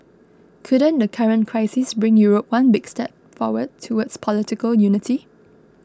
couldn't the current crisis bring Europe one big step forward towards political unity